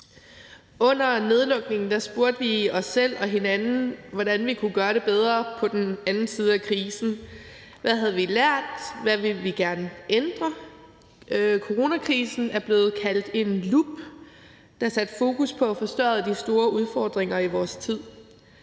Under nedlukningen spurgte vi os selv og hinanden om, hvordan vi kunne gøre det bedre på den anden side af krisen: Hvad havde vi lært, hvad ville vi gerne ændre? Coronakrisen er blevet kaldt en lup, der satte fokus på at forstørre de store udfordringer i vores tid: